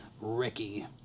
Ricky